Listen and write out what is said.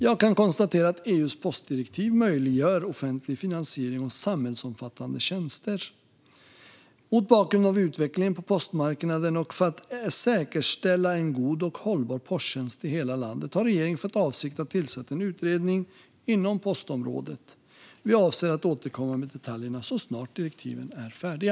Jag kan konstatera att EU:s postdirektiv möjliggör offentlig finansiering av samhällsomfattande posttjänster. Mot bakgrund av utvecklingen på postmarknaden och för att säkerställa en god och hållbar posttjänst i hela landet har regeringen för avsikt att tillsätta en utredning inom postområdet. Vi avser att återkomma med detaljerna så snart direktiven är färdiga.